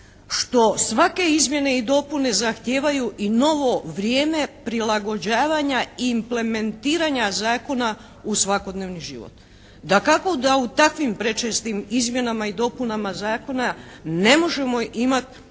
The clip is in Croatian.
što svake izmjene i dopune zahtijevaju i novo vrijeme prilagođavanja implementiranja zakona u svakodnevni život. Dakako da u takvim prečestim izmjenama i dopunama zakona ne možemo imati